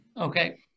Okay